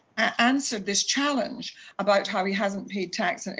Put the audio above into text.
answering this challenge about how he hasn't paid tax, and